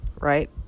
right